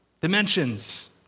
dimensions